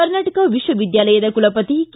ಕರ್ನಾಟಕ ವಿಶ್ವವಿದ್ಯಾಲಯದ ಕುಲಪತಿ ಕೆ